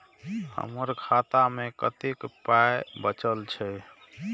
हमर खाता मे कतैक पाय बचल छै